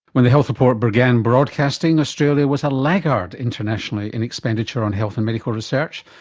when the health report began broadcasting, australia was a laggard internationally in expenditure on health and medical research,